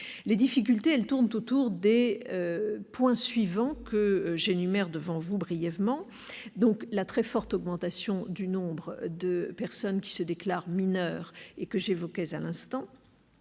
Les difficultés tournent autour des points suivants, que j'énumère devant vous brièvement : la très forte augmentation du nombre de personnes qui se déclarent mineures ; la saturation totale